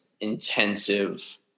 intensive